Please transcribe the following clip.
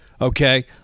Okay